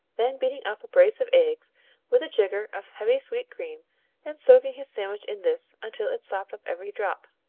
then beating up a brace of eggs with a jigger of heavy sweet cream and soaking his sandwich in this until it sopped up every drop.